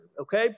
okay